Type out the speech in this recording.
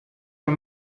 are